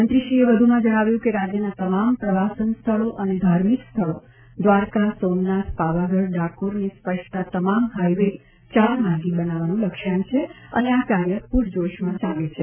મંત્રી શ્રી એ વધુમાં જણાવ્યું કે રાજ્યના તમામ પ્રવાસન સ્થળો અને ધાર્મિક સ્થળો દ્વારકા સોમનાથ પાવાગઢ ડાકોરને સ્પર્શતા તમામ હાઈવે ચાર માર્ગી બનાવવાનું લક્ષ્યાંક છે અને આ કાર્ય પૂરજોશમાં ચાલુ છે